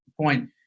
point